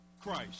Christ